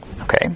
Okay